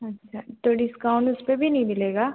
अच्छा तो डिस्काउंट उसपे भी नहीं मिलेगा